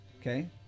okay